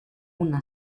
una